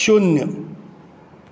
शुन्य